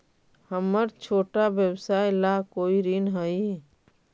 हमर छोटा व्यवसाय ला कोई ऋण हई?